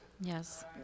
Yes